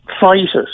fighters